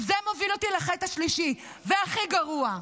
זה מוביל אותי לחטא השלישי והכי גרוע: